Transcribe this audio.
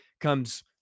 comes